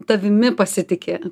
tavimi pasitiki